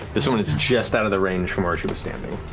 this one is just out of the range from where it should be standing.